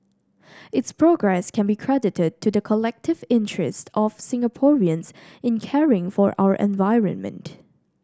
its progress can be credited to the collective interests of Singaporeans in caring for our environment